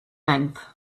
length